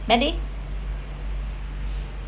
mandy